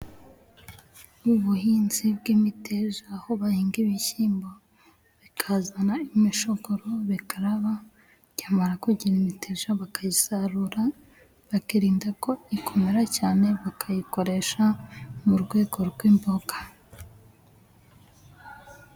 Ubuhinzi bw'imiteja aho bahinga ibishyimbo bikazana imishogoro bikaraba, byamara kugira imiteja bakayisarura, bakirinda ko ikomera cyane, bakabikoresha mu rwego rw'imboga.